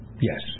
Yes